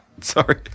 sorry